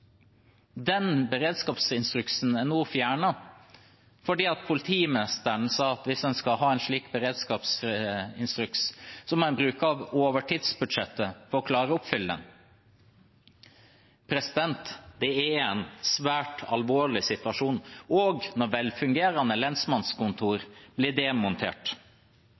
Den beredskapsinstruksen er nå fjernet fordi politimesteren sa at hvis en skal ha en slik beredskapsinstruks, må en bruke av overtidsbudsjettet for å klare å oppfylle den. Det er en svært alvorlig situasjon når velfungerende lensmannskontor blir demontert.